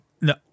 no